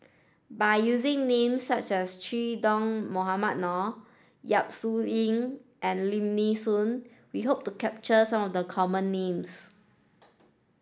by using names such as Che Dah Mohamed Noor Yap Su Yin and Lim Nee Soon we hope to capture some of the common names